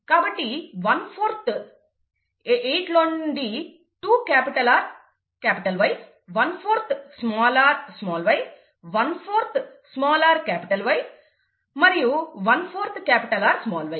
కాబట్టి 14th 8 లో నుండి 2 capital R capital Y 14th small r small y 14th small r capital Y మరియు 14th capital R small y